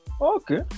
Okay